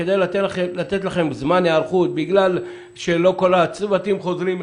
כדי לתת לכם זמן היערכות בגלל שלא כל הצוותים חוזרים,